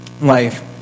life